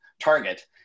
target